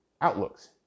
outlooks